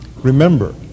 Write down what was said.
Remember